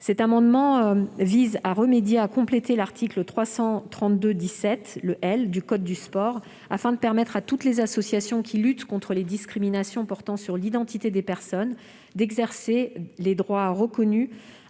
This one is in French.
Cet amendement vise à compléter l'article L. 332-17 du code du sport, afin de permettre à toutes les associations qui luttent contre les discriminations portant sur l'identité des personnes d'exercer les droits reconnus